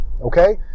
Okay